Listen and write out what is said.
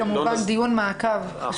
כמובן דיון מעקב.